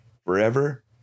forever